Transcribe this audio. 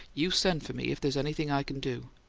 you send for me if there's anything i can do.